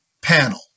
panel